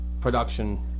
production